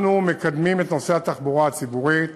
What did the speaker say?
אנחנו מקדמים את נושא התחבורה הציבורית